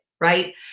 right